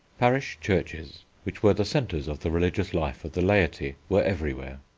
parish churches, which were the centres of the religious life of the laity, were everywhere.